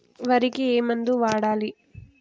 వరికి ఏ మందు వాడాలి?